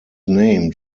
named